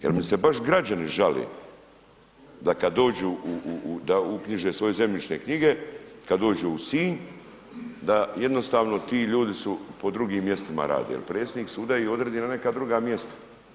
Jer mi se baš građani žale da kad dođu da uknjiže svoje zemljišne knjige, kada dođu u Sinj da jednostavno ti ljudi su, po drugim mjestima rade jer predsjednik suda ih odredi na neka druga mjesta.